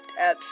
apps